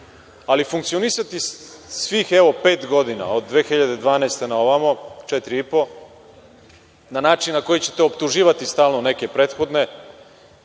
opciji. Funkcionisati, svih ovih pet godina, od 2012. godine na ovamo, četiri i po, na način na koji ćete optuživati stalno neke prethodne,